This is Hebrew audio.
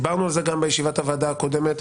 דיברנו על זה גם בישיבת הוועדה הקודמת.